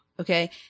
okay